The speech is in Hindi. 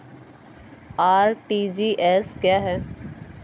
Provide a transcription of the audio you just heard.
आर.टी.जी.एस क्या है?